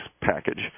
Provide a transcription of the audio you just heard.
package